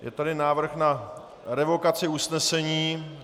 Je tady návrh na revokaci usnesení.